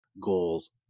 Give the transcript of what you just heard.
goals